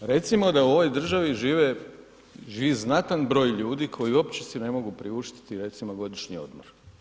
Recimo da u ovoj državi žive znatan broj ljudi koji uopće si ne mogu priuštiti recimo godišnji odmor.